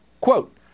Quote